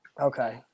Okay